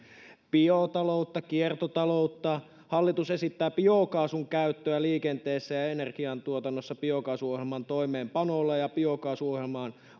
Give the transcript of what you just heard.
biotaloutta kiertotaloutta hallitus esittää biokaasun käyttöä liikenteessä ja ja energiantuotannossa biokaasuohjelman toimeenpanolla ja biokaasuohjelmaan